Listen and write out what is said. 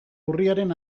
urriaren